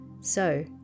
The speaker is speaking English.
So